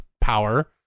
power